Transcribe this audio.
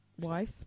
wife